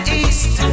east